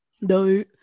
No